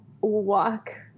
walk